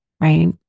right